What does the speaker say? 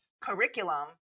curriculum